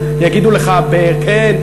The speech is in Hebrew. יגידו לך: כן,